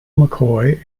mccoy